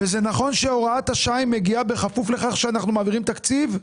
וזה נכון שהוראת השעה מגיעה בכפוף לכך שאנחנו מעבירים תקציב?